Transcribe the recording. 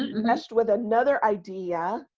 meshed with another idea.